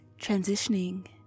transitioning